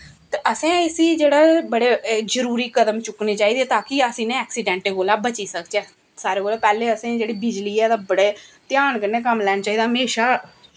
ते असें इसी जेह्ड़ा बड़े जरूरी कदम चुक्कने चाहिदे तांकि अस इ'नें ऐक्सिडैंटें कोला बची सकचै सारें कोला पैह्लें असें जेह्ड़ी बिज़ली ऐ ओह्दा ध्यान कन्नै कम्म लैना चाहिदा हमेशा